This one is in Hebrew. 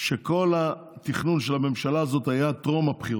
שכל התכנון של הממשלה הזאת היה טרום הבחירות,